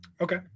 Okay